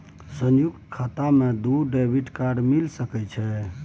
संयुक्त खाता मे दू डेबिट कार्ड मिल सके छै?